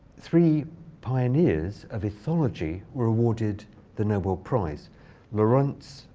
three pioneers of ethology were awarded the nobel prize lorenz,